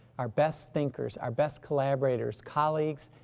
our best thinkers, our best collaborators, colleagues,